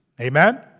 Amen